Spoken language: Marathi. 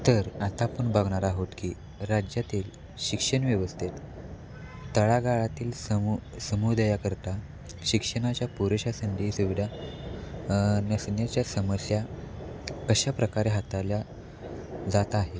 तर आता आपण बघणार आहोत की राज्यातील शिक्षणव्यवस्थेत तळागाळातील समु समुदायाकरता शिक्षणाच्या पुरेशा संधीसुविधा नसण्याच्या समस्या कशाप्रकारे हाताळल्या जात आहेत